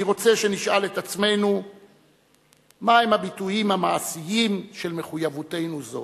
אני רוצה שנשאל את עצמנו מהם הביטויים המעשיים של מחויבותנו זו.